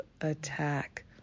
attack